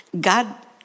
God